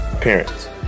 parents